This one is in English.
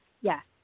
Yes